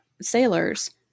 sailors